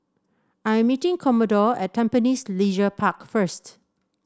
I'm meeting Commodore at Tampines Leisure Park first